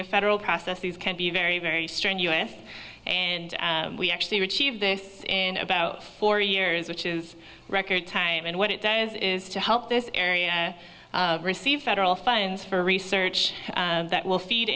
a federal process these can be very very strenuous and we actually received this in about four years which is record time and what it does is to help this area receive federal funds for research that will feed